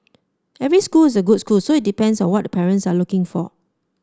every schools is a good school so it depends on what the parents are looking for